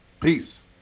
Peace